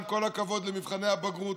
עם כל הכבוד למבחני הבגרות,